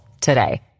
today